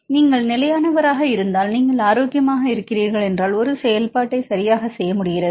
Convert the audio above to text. சரி நீங்கள் நிலையானவராக இருந்தால் நீங்கள் ஆரோக்கியமாக இருக்கிறீர்கள் என்றால் ஒரு செயல்பாட்டைச் சரியாகச் செய்ய முடிகிறது